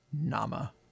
Nama